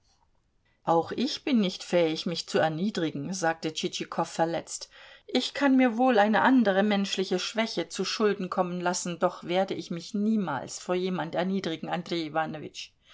auch ich bin nicht fähig mich zu erniedrigen sagte tschitschikow verletzt ich kann mir wohl eine andere menschliche schwäche zuschulden kommen lassen doch werde ich mich niemals vor jemand erniedrigen andrej